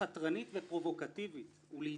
התשע"ט-2018, הכנה לקריאה שנייה ושלישית.